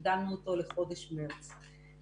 הקדמנו אותו לחודש מרס.